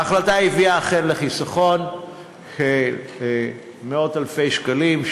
ההחלטה הביאה אכן לחיסכון של מאות-אלפי שקלים,